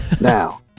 Now